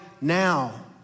now